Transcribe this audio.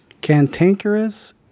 Cantankerous